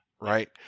Right